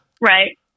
Right